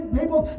people